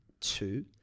Two